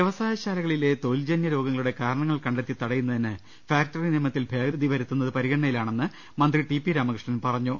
വ്യവസായശാലകളിലെ തൊഴിൽജന്യ രോഗങ്ങളുടെ കാരണ ങ്ങൾ കണ്ടെത്തി തടയുന്നതിന് ഫാക്ടറി നിയമത്തിൽ ഭേദഗതി വരുത്തുന്നത് പരിഗണനയിലാണെന്ന് മന്ത്രി ടി പ്പി ്രാമകൃഷ്ണൻ പറഞ്ഞു